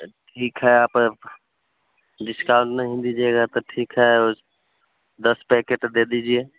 ठीक है आप डिस्काउन्ट नहीं दीजिएगा तो ठीक है दस पैकेट दे दीजिए